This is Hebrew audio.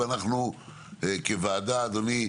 ואנחנו כוועדה אדוני,